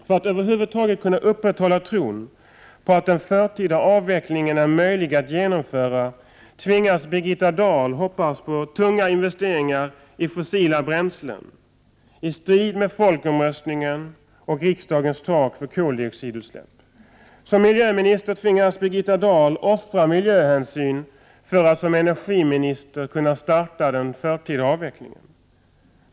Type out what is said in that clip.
För att över huvud taget kunna upprätthålla tron på att den förtida avvecklingen är möjlig att genomföra tvingas Birgitta Dahl hoppas på tunga investeringar i fossila bränslen, i strid med folkomröstningen och riksdagens tak för koldioxidutsläpp. Som miljöminister tvingas Birgitta Dahl offra miljöhänsyn för att som energiminister kunna starta den förtida avvecklingen.